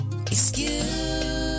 excuse